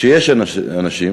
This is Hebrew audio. כשיש אנשים,